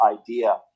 idea